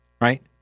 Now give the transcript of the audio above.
right